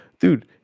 dude